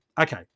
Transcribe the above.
Okay